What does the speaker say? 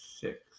six